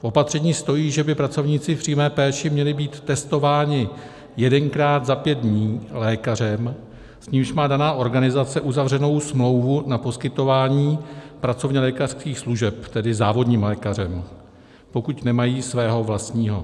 V opatření stojí, že by pracovníci v přímé péči měli být testováni jedenkrát za pět dní lékařem, s nímž má daná organizace uzavřenou smlouvu na poskytování pracovnělékařských služeb, tedy závodním lékařem, pokud nemají svého vlastního.